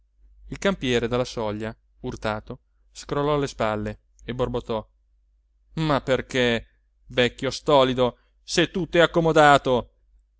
il campiere dalla soglia urtato scrollò le spalle e borbottò ma perché vecchio stolido se tutto è accomodato